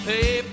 Hey